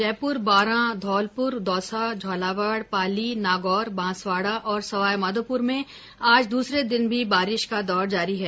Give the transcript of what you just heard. जयपुर बारां धौलपुर दौसा झालावाड पाली नागौर बांसवाड़ा और सवाईमाधोपुर में आज दूसरे दिन भी बारिश का दौर जारी है